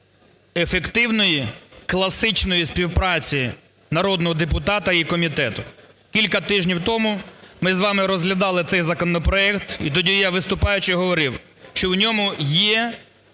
ефективної класичної співпраці народного депутата і комітету. Кілька тижнів тому ми з вами розглядали цей законопроект і тоді я, виступаючи, говорив, що в ньому є,